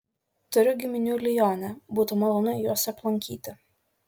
turiu giminių lione būtų malonu juos aplankyti